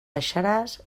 deixaràs